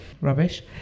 rubbish